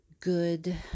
Good